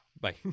Bye